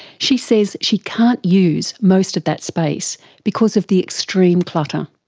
she says she can't use most of that space because of the extreme clutter.